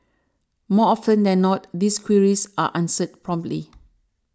more often than not these queries are answered promptly